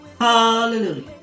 hallelujah